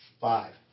Five